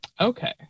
Okay